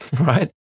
right